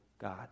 God